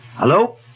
Hello